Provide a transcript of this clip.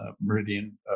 Meridian